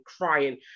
crying